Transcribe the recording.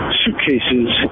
suitcases